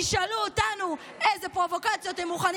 תשאלו אותנו איזה פרובוקציות הם מוכנים